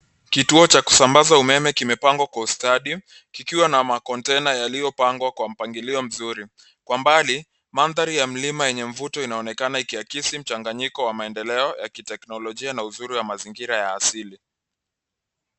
Kituo cha kusambaza umeme kimepangwa kwa ustadi, kikiwa na makontena yaliyopangwa kwa mpangilio mzuri. Kwa mbali, mandhari ya mlima yenye mvuto inaonekana ikiakisi mchanganyiko wa maendeleo ya kiteknolojia na uzuri wa mazingira ya asili.